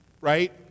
right